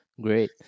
Great